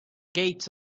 gates